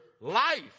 life